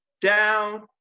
down